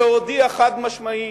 שהודיע חד-משמעית,